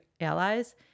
allies